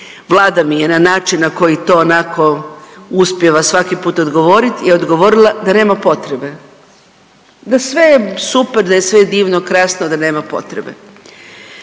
Vlada mi je na način na koji to onako uspijeva svaki put odgovorit, je odgovorila da nema potrebe da je sve super, da je sve divno, krasno da nema potrebe.